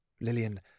Lillian